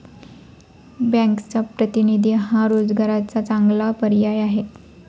बँकचा प्रतिनिधी हा रोजगाराचा चांगला पर्याय आहे